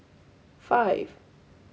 five